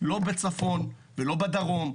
לא בצפון ולא בדרום,